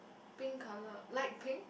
pink colour light pink